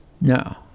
No